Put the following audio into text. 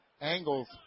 angles